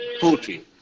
poetry